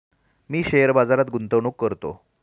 मी share बाजारात गुंतवणूक करतो